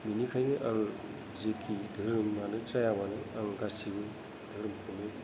बेनिखायनो आं जेखि दोहोरोमानो जाया मानो आं गासिबो दोहोरोमखौनो